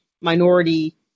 minority